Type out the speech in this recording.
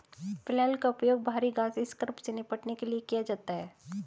flail का उपयोग भारी घास स्क्रब से निपटने के लिए किया जाता है